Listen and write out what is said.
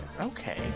Okay